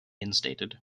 instated